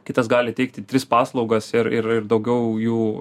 kitas gali teikti tris paslaugas ir ir ir daugiau jų